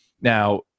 Now